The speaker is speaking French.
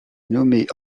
nommée